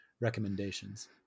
recommendations